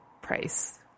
price